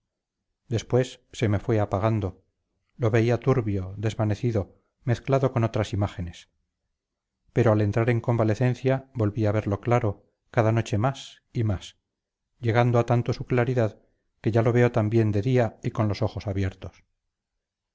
después se me fue apagando lo veía turbio desvanecido mezclado con otras imágenes pero al entrar en convalecencia volví a verlo claro cada noche más y más llegando a tanto su claridad que ya lo veo también de día y con los ojos abiertos